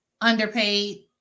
underpaid